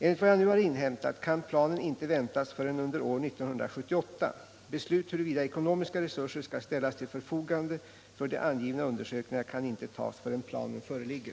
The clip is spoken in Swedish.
Enligt vad jag nu inhämtat kan planen inte väntas förrän under år 1978. Beslut huruvida ekonomiska resurser skall ställas till förfogande för de angivna undersökningarna kan inte tas förrän planen föreligger.